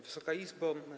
Wysoka Izbo!